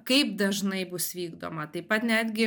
kaip dažnai bus vykdoma taip pat netgi